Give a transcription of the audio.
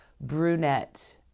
brunette